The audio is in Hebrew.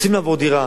רוצים לעבור דירה,